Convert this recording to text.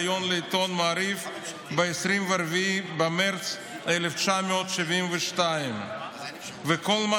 בריאיון לעיתון מעריב ב-24 במרץ 1972. כל מה